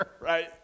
right